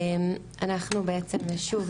אנחנו שוב,